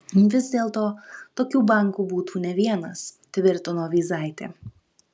vis dėlto tokių bankų būtų ne vienas tvirtino vyzaitė